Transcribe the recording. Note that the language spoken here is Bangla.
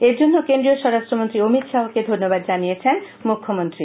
এরজন্য কেন্দ্রীয় স্বরাষ্টে মন্ত্রী অমিত শাহকে ধন্যবাদ জানিয়েছেন মুখ্যমন্ত্রী